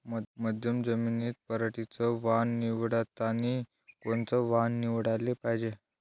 मध्यम जमीनीत पराटीचं वान निवडतानी कोनचं वान निवडाले पायजे?